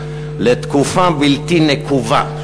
לתקופה בלתי נקובה,